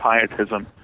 pietism